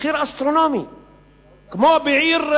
כמו בעיר,